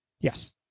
Yes